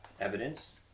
evidence